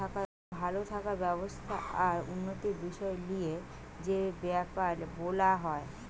পশুদের ভাল থাকার ব্যবস্থা আর উন্নতির বিষয় লিয়ে যে বেপার বোলা হয়